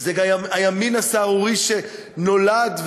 זה גם הימין הסהרורי שנולד,